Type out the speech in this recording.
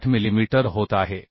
18 millimetre होत आहे